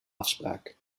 afspraak